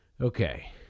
Okay